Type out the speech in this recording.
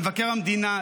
למבקר המדינה,